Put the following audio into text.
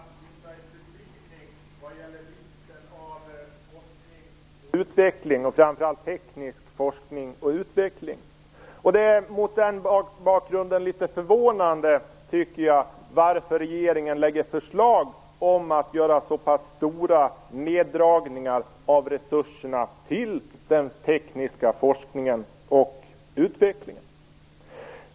Herr talman! Jag delar mycket av det Mats Lindberg beskriver vad gäller vikten av forskning och utveckling, framför allt teknisk forskning och utveckling. Det är mot den bakgrunden litet förvånande, tycker jag, att regeringen lägger fram förslag om att göra så pass stora neddragningar av resurserna till den tekniska forskningen och utvecklingen.